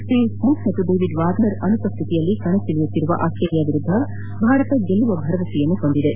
Steve Smith ಮತ್ತು David Warner ಅನುಪ್ಯಾತಿಯಲ್ಲಿ ಕಣಕ್ಕಿಳಿಯುತ್ತಿರುವ ಆಸ್ಟೇಲಿಯಾ ವಿರುದ್ಧ ಭಾರತ ಗೆಲ್ಲುವ ಭರವಸೆ ಹೊಂದಿದೆ